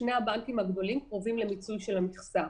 שני הבנקים הגדולים קרובים למיצוי של המכסה.